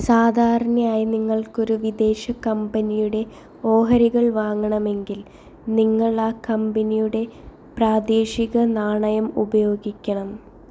സാധാരണയായി നിങ്ങൾക്ക് ഒരു വിദേശ കമ്പനിയുടെ ഓഹരികൾ വാങ്ങണമെങ്കിൽ നിങ്ങൾ ആ കമ്പനിയുടെ പ്രാദേശിക നാണയം ഉപയോഗിക്കണം